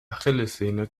achillessehne